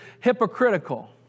hypocritical